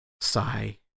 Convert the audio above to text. Sigh